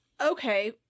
Okay